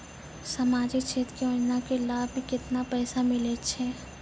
समाजिक क्षेत्र के योजना के लाभ मे केतना पैसा मिलै छै?